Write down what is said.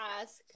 ask